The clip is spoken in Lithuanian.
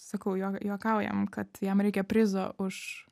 sakau juo juokaujam kad jam reikia prizo už